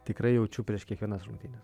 tikrai jaučiu prieš kiekvienas rungtynes